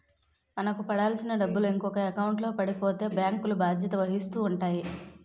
మనకు పడాల్సిన డబ్బులు ఇంకొక ఎకౌంట్లో పడిపోతే బ్యాంకులు బాధ్యత వహిస్తూ ఉంటాయి